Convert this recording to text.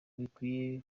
bikwiye